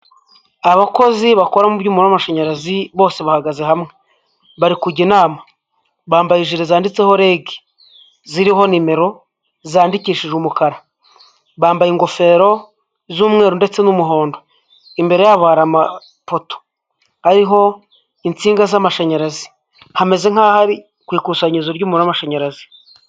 Abakozi bakora mu by'umuriro w'amashanyarazi bose bahagaze hamwe bari kujya inama, bambaye ijire zanditseho rege ziriho nimero zandikishije umukara, bambaye ingofero z'umweru ndetse n'umuhondo, imbere yabo hari amapoto ariho insinga z'amashanyarazi, hameze nk'aho ari ku ikusanyizo ry'umuriro w'amashanyarazi.